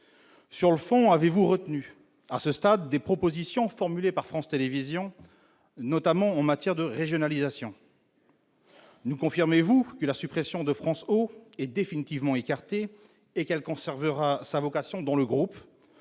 Sur le fond, avez-vous retenu certaines des propositions formulées par France Télévisions, notamment en matière de régionalisation ? Nous confirmez-vous que la suppression de France Ô est définitivement écartée et que cette chaîne conservera sa vocation dans le groupe ?